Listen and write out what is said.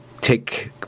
take